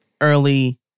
early